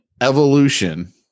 evolution